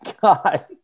God